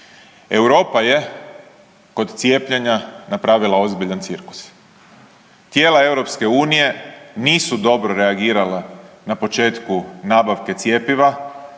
Europa je kod cijepljenja napravila ozbiljan cirkus. Tijela EU nisu dobro reagirala na početku nabavke cjepiva